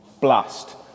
Blast